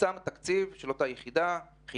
צומצם תקציב מערך הסייבר הארצי,